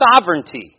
sovereignty